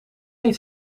niet